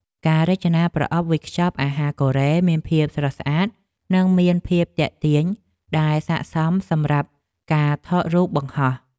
ការរចនាប្រអប់វេចខ្ចប់អាហារកូរ៉េមានភាពស្រស់ស្អាតនិងមានភាពទាក់ទាញដែលស័ក្តិសមសម្រាប់ការថតរូបបង្ហោះ។